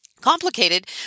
complicated